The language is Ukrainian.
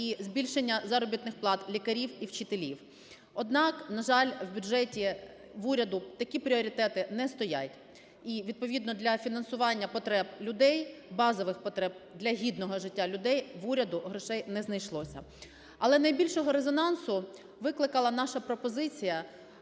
і збільшення заробітних плат лікарів і вчителів. Однак, на жаль, в бюджеті уряду такі пріоритети не стоять. І відповідно для фінансування потреб людей, базових потреб, для гідного життя людей в уряду грошей не знайшлося. Але найбільшого резонансу викликала наша пропозиція